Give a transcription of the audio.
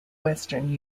western